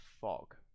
fog